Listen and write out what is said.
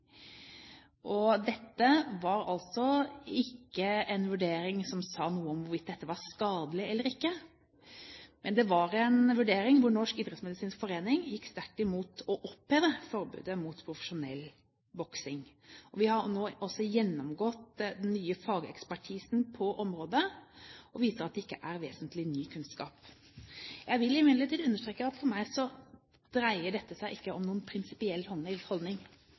og dette var altså ikke en vurdering som sa noe om hvorvidt dette var skadelig eller ikke. Men det var en vurdering hvor Norsk idrettsmedisinsk forening gikk sterkt imot å oppheve forbudet mot profesjonell boksing. Vi har nå også gjennomgått den nye fagekspertisen på området, og den viser at det ikke er vesentlig ny kunnskap. Jeg vil imidlertid understreke at for meg dreier dette seg ikke om noen prinsipiell holdning.